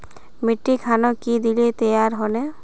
मिट्टी खानोक की दिले तैयार होने?